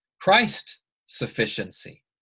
Christ-sufficiency